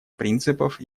принципов